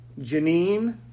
Janine